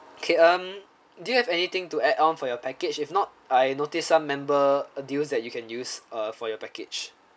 okay um do you have anything to add on for your package if not I notice some member uh deals that you can use uh for your package